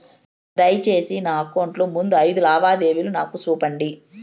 దయసేసి నా అకౌంట్ లో ముందు అయిదు లావాదేవీలు నాకు చూపండి